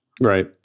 Right